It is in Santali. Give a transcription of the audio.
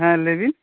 ᱦᱮᱸ ᱞᱟ ᱭᱵᱤᱱ